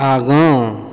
आगाँ